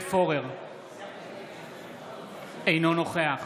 אינו נוכח